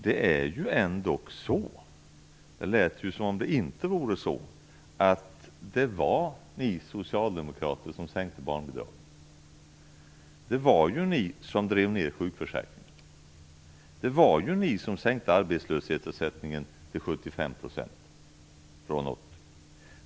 Det var ju ni socialdemokrater - men det lät som om det inte var så - som sänkte barnbidragen. Det var ju ni som drev ner sjukförsäkringen. Det var ju ni som sänkte arbetslöshetsersättningen från 80 % till 75 %.